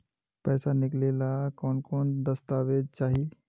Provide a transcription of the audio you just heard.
पैसा निकले ला कौन कौन दस्तावेज चाहिए?